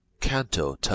Canto